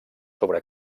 sobre